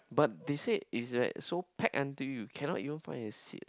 but they say it's like so packed until you cannot even find a seat eh